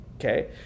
okay